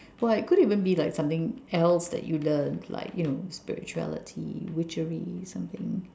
well like it could even be something else that you learnt like you know spirituality witchery something